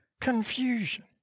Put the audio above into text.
confusion